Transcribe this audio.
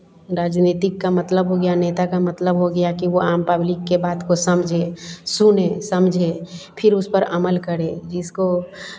राजनीतिक का मतलब हो गया नेता का मतलब हो गया कि वो आम पब्लिक के बात को समझें सुनें समझे फिर उस पर अमल करे जिसको